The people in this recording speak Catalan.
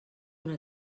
una